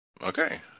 okay